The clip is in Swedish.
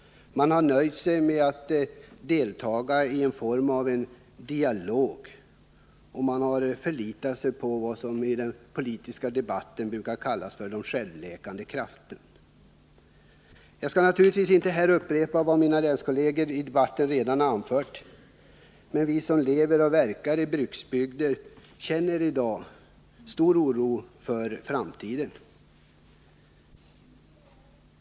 Man har nöjt sig med att deltaga i en form av dialog. Man har förlitat sig på vad som i den politiska debatten brukar kallas ”självläkande krafter”. Jag skall inte här upprepa vad mina länskolleger redan har anfört i debatten, men jag vill säga att vi som lever och verkar i bruksbygder i dag känner stor oro för framtiden.